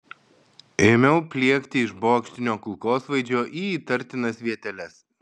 ėmiau pliekti iš bokštinio kulkosvaidžio į įtartinas vieteles